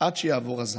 עד שיעבור הזעם.